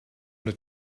that